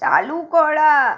চালু করা